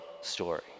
story